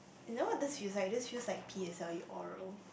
is that what this feels like this feels like P_S_L_E oral